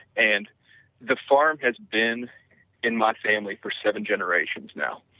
and the farm has been in my family for seven generations now,